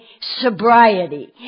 sobriety